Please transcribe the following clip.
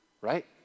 right